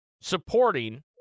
supporting